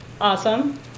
Awesome